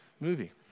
movie